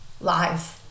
lives